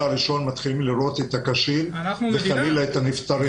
הראשון מתחילים לראות את החולים הקשים וחלילה את הנפטרים.